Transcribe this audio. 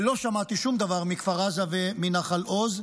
ולא שמעתי שום דבר מכפר עזה ומנחל עוז.